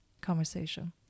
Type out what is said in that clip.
conversation